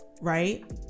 right